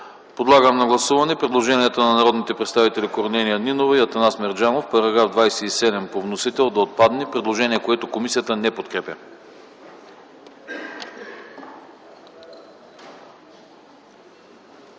Подлагам на гласуване предложението на народните представители Корнелия Нинова и Атанас Мерджанов – да отпадне § 27 по вносител, предложение, което комисията не подкрепя.